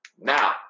Now